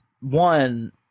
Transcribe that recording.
one